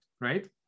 right